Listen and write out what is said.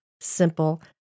simple